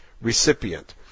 recipient